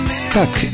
stuck